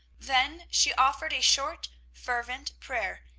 then she offered a short, fervent prayer,